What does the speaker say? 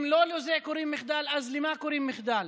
אם לא לזה קוראים מחדל, אז למה קוראים מחדל?